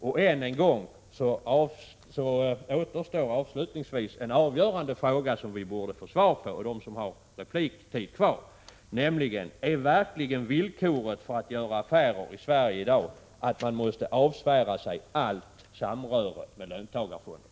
Avslutningsvis vill jag säga att det återstår en avgörande fråga som vi borde få svar på från dem som har repliktid kvar, nämligen denna: Är verkligen villkoret för att man i dag skall kunna göra affärer i Sverige att man avsvär sig 69 allt samröre med löntagarfonderna?